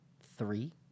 three